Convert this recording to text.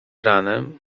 ranem